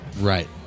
Right